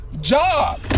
job